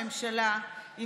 כשאני מתבוננת על הממשלה אני